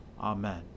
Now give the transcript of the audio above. Amen